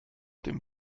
dem